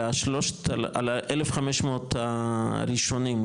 על ה-1,500 הראשונים,